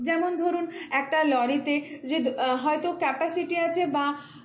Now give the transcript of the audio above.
যেমন ধরুন একটা লরিতে জিদ হয়তো ক্যাপাসিটি আছে বা